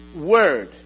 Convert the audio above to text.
Word